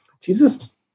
Jesus